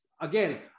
again